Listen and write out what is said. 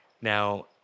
Now